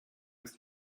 ist